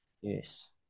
yes